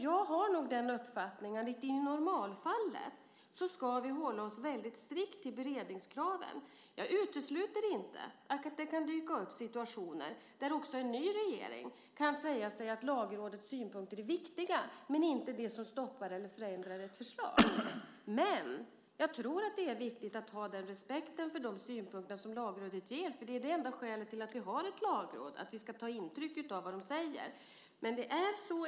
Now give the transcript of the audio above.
Jag har nog den uppfattningen att vi i normalfallet ska hålla oss väldigt strikt till beredningskraven. Jag utesluter inte att det kan dyka upp situationer där också en ny regering kan säga att Lagrådets synpunkter är viktiga, men inte det som stoppar eller förändrar ett förslag. Jag tror att det är viktigt att ha respekt för de synpunkter som Lagrådet ger. Det enda skälet till att vi har ett Lagråd är ju att vi ska ta intryck av vad de säger.